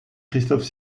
christophe